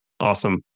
Awesome